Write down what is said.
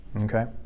Okay